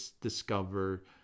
discover